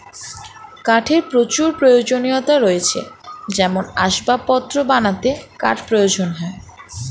কাঠের প্রচুর প্রয়োজনীয়তা রয়েছে যেমন আসবাবপত্র বানাতে কাঠ প্রয়োজন হয়